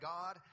God